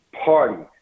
party